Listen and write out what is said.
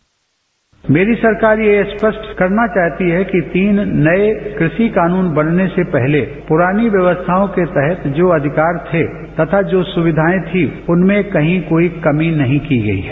bite मेरी सरकार यह स्पष्ट करना चाहती है कि तीन नए कृषि कानून बनने से पहले पुरानी व्यवस्थाओं के तहत जो अधिकार थे तथा जो सुविधाएं थीं उनमें कहीं कोई कमी नहीं की गई है